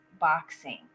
boxing